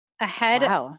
ahead